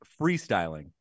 freestyling